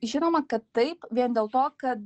žinoma kad taip vien dėl to kad